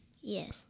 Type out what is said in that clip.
Yes